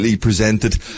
presented